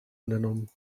unternommen